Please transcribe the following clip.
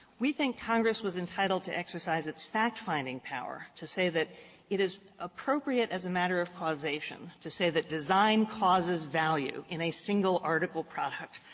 we think congress was entitled to exercise its fact-finding power to say that it is appropriate as a matter of causation to say that design causes value in a single article product